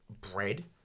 bread